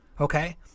Okay